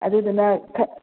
ꯑꯗꯨꯗꯨꯅ